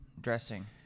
dressing